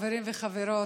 חברים וחברות,